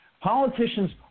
Politicians